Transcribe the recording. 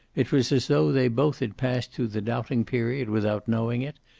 it was as though they both had passed through the doubting period without knowing it,